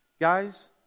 Guys